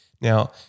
Now